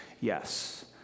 yes